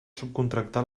subcontractar